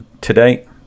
today